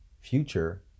future